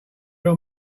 here